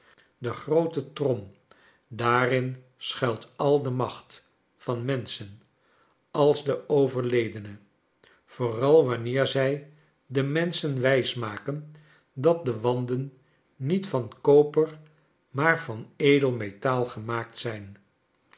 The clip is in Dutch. de groote trom daarin schuilt al de macht van menschen als de overledene yooral wanneer zij de menschen wijs maken dat de wanden niet van koper maar van edel metaal gemaakt zijn